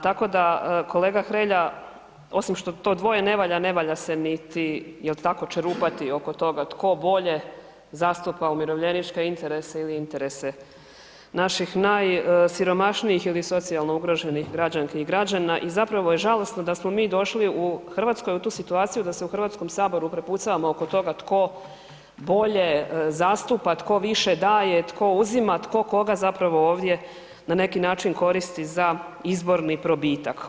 Tako da, kolega Hrelja, osim što to dvoje ne valja, ne valja se niti, je li tako, čerupati oko toga tko bolje zastupa umirovljeničke interese ili interese naših najsiromašnijih ili socijalno ugroženih građanki i građana i zapravo je žalosno da smo mi došli u Hrvatskoj u tu situaciju da se u HS-u prepucavamo oko toga tko bolje zastupa, tko više daje, tko uzima, tko koga zapravo ovdje na neki način zapravo koristi za izborni probitak.